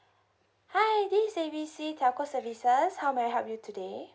hi this is A B C telco services how may I help you today